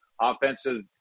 offensive